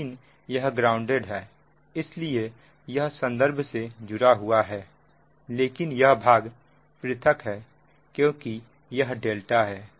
लेकिन यह ग्राउंडेड है इसलिए यह संदर्भ से जुड़ा हुआ है लेकिन यह भाग पृथक है क्योंकि यह ∆ है